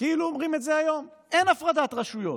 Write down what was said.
כאילו אומרים את זה היום, אין הפרדת רשויות,